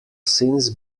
since